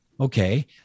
Okay